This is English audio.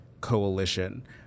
coalition